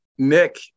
Nick